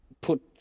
Put